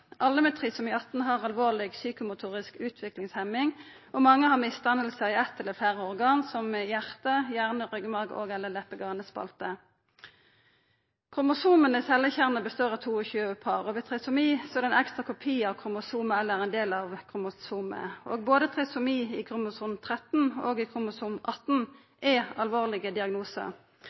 Alle med trisomi 18 har alvorleg psykomotorisk utviklingshemming, og mange har misdanningar i eitt eller fleire organ, som hjartet, hjernen, ryggmargen og leppe- og/eller ganespalte. Kromosoma i cellekjernane består av 22 par. Ved trisomi er det ein ekstra kopi av kromosomet eller ein del av kromosomet. Både trisomi i kromosom 13 og trisomi i kromosom 18 er alvorlege diagnosar.